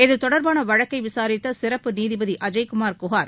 இத்தொடர்பான வழக்கை விசாரித்த சிறப்பு நீதிபதி திரு அஜய் குமார் குஹார்